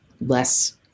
less